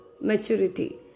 maturity